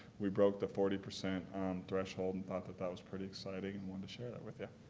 we broke the forty percent threshold and thought that that was pretty exciting and wanted to share that with yeah